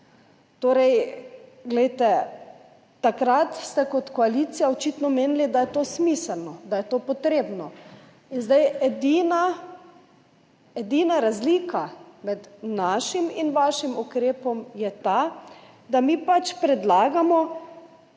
takrat ste kot koalicija očitno menili, da je to smiselno, da je to potrebno. Edina razlika med našim in vašim ukrepom je ta, da mi pač predlagamo,